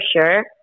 sure